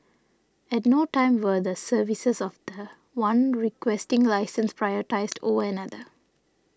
at no time were the services of the one Requesting Licensee prioritised over another